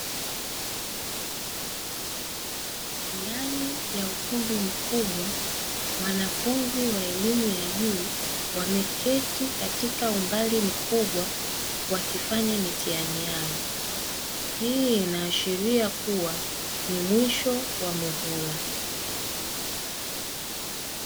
Ndani ya ukumbi mkubwa wanafunzi wa elimu ya juu, wameketi kwa umbali mkubwa wakifanya mitihani yao, hii inaashiria kuwa ni mwisho wa muhula.